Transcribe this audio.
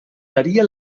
daría